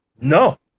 No